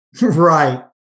Right